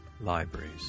libraries